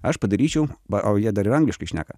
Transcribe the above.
aš padaryčiau va o jie dar ir angliškai šneka